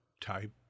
type